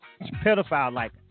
pedophile-like